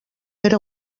era